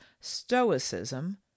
stoicism